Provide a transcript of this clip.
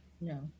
no